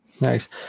Nice